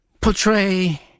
portray